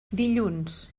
dilluns